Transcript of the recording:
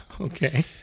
Okay